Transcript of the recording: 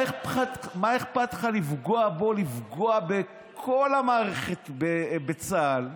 מה אכפת לך לפגוע בו, לפגוע בכל המערכת בצה"ל?